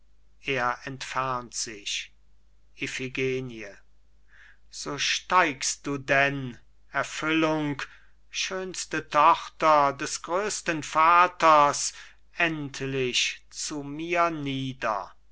er entfernt sich iphigenie so steigst du denn erfüllung schönste tochter des größten vaters endlich zu mir nieder